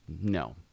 no